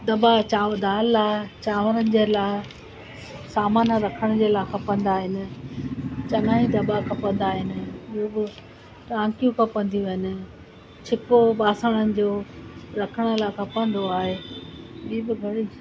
दॿा चाव दालि लाइ चांवरनि जे लाइ सामान रखणु जे लाइ खपंदा आहिनि चङा ई दॿा खपंदा आहिनि ॿियूं बि टांकियूं खपंदियूं आहिनि छिको बासणनि जो रखणु लाइ खपंदो आहे ॿीं बि घणियूं